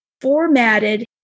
formatted